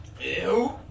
Ew